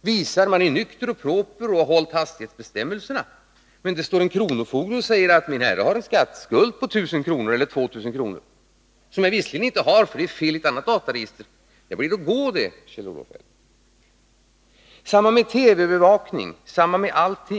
visar att jag är nykter och proper och har hållit hastighetsbestämmelserna, men det står en kronofogde och säger: Min herre har en skatteskuld — som jag visserligen inte har, för det är fel i ett dataregister — på 1000 eller 2 000 kr.? Det blir att gå det, Kjell-Olof Feldt. Detsamma gäller TV-övervakning och en mängd annat.